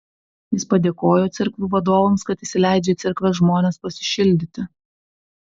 jis padėkojo cerkvių vadovams kad įsileidžia į cerkves žmones pasišildyti